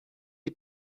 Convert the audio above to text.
die